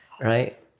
right